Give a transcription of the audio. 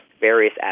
various